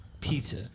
Pizza